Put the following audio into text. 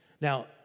Now